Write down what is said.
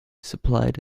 supplied